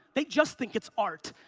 they just think it's art.